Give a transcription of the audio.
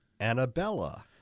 Annabella